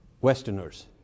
Westerners